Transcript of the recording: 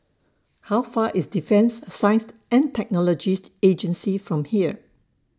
How Far IS Defence Science and Technologies Agency from here